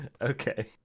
Okay